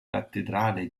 cattedrale